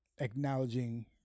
acknowledging